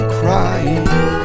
crying